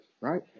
right